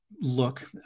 look